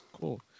Cool